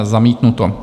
Zamítnuto.